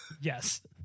Yes